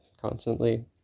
constantly